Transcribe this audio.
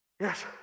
Yes